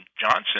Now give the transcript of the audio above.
Johnson